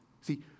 See